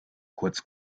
kurz